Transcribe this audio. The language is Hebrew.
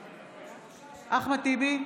בעד אחמד טיבי,